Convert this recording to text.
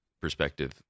perspective